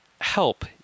help